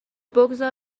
بگذار